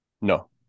no